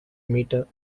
meter